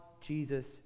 Jesus